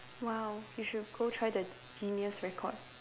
!wow! you should go try the Guinness record